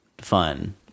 fun